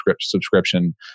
subscription